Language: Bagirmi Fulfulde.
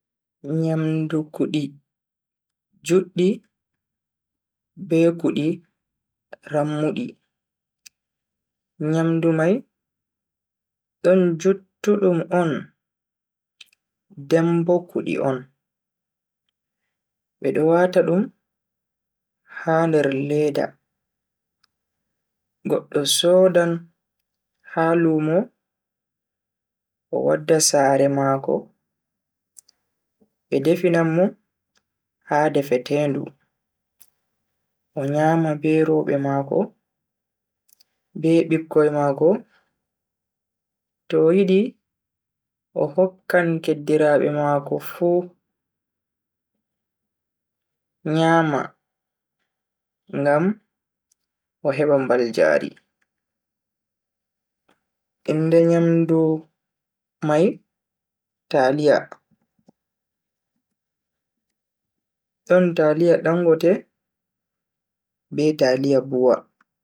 Nyamdu kudi juddi be kudi rammudi. Nyamdu mai don juttudum on den bo kudi on. Be do wata dum ha nder leda. Goddo soodan ha lumo o wadda sare mako be defina mo ha defetendu o nyama be roobe maako, be bikkoi mako to o yidi o hokkan kiddiraabe mako fu nyama ngam o heba mbaljaari. inde nyamdu mai taliya, don taliya dangote be taliya bu'a.